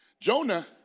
Jonah